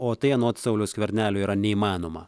o tai anot sauliaus skvernelio yra neįmanoma